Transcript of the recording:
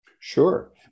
Sure